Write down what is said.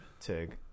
tig